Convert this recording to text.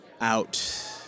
out